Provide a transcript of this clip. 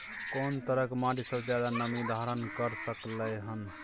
कोन तरह के माटी सबसे ज्यादा नमी धारण कर सकलय हन?